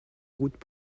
routes